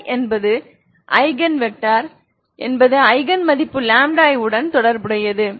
Xi என்பது eigen vector என்பது eigen மதிப்பு iஉடன் தொடர்புடையது